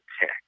Tech